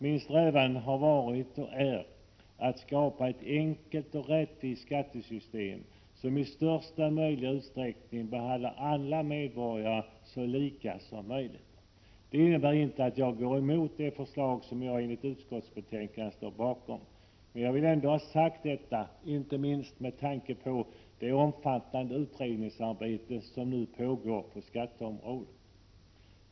Min strävan har varit och är att skapa ett enkelt och rättvist skattesystem som i största möjliga utsträckning behandlar alla medborgare så lika som möjligt. Det innebär inte att jag går emot något av de förslag som jag enligt utskottsbetänkandet står bakom. Men jag vill ha sagt detta, inte minst med tanke på det omfattande utredningsarbete som nu pågår på skatteområdet.